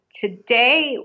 today